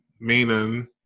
meaning